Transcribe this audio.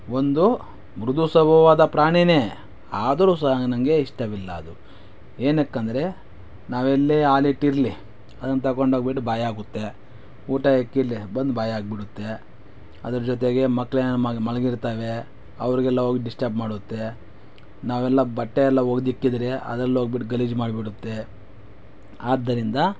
ಒಂದು ಮೃದು ಸ್ವಭಾವದ ಪ್ರಾಣಿಯೇ ಆದರೂ ಸಹ ನನಗೆ ಇಷ್ಟವಿಲ್ಲ ಅದು ಏನಕ್ಕೆಂದರೆ ನಾವೆಲ್ಲೇ ಹಾಲಿಟ್ಟಿರಲಿ ಅದನ್ನು ತೊಗೊಂಡ್ಹೋಗ್ಬಿಟ್ಟು ಬಾಯಾಕುತ್ತೆ ಊಟ ಇಟ್ಟಿರ್ಲಿ ಬಂದು ಬಾಯಕ್ಬುಡುತ್ತೆ ಅದರ ಜೊತೆಗೆ ಮಕ್ಕಳೇನೊ ಮಲ್ ಮಲ್ಗಿರ್ತಾವೆ ಅವರಿಗೆಲ್ಲ ಹೋಗಿ ಡಿಸ್ಟರ್ಬ್ ಮಾಡುತ್ತೆ ನಾವೆಲ್ಲ ಬಟ್ಟೆ ಎಲ್ಲ ಒಗ್ದಿಟ್ಟಿದ್ರೆ ಅದರಲ್ಲಿ ಹೋಗಿಬಿಟ್ಟು ಗಲೀಜು ಮಾಡಿಬಿಡುತ್ತೆ ಆದ್ದರಿಂದ